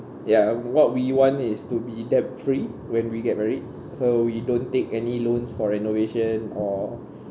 ya what we want is to be debt free when we get married so we don't take any loan for renovation or